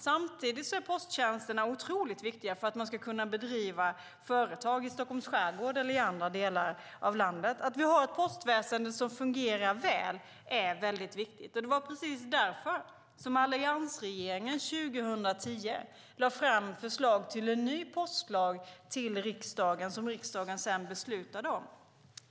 Samtidigt är posttjänsterna otroligt viktiga för att man ska kunna bedriva företag i Stockholms skärgård eller i andra delar av landet. Att vi har ett postväsen som fungerar väl är mycket viktigt. Det var precis därför som alliansregeringen 2010 lade fram förslag till en ny postlag som riksdagen sedan beslutade om.